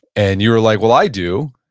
and you were like, well, i do,